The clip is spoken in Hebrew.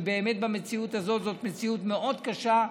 ובאמת המציאות הזאת היא מציאות מאוד קשה.